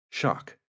shock